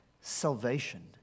salvation